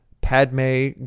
Padme